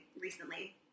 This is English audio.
recently